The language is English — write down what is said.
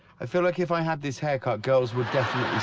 i feel like if i had this haircut, girls would definitely